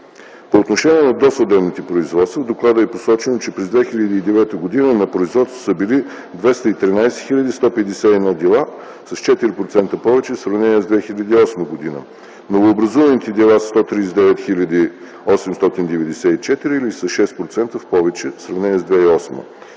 По отношение на досъдебните производства в доклада е посочено, че през 2009 г. на производство са били 213 хил. 151 дела (с 4% повече в сравнение с 2008 г.). Новообразуваните дела са 139 хил. 894, с 6 % повече в сравнение с 2008 г.